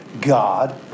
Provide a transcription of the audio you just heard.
God